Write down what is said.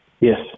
Yes